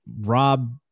Rob